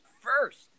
first